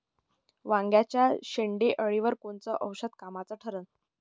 वांग्याच्या शेंडेअळीवर कोनचं औषध कामाचं ठरन?